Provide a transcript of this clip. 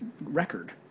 record